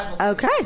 Okay